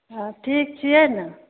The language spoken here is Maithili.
हॅं ठीक छियै ने